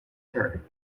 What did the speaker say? her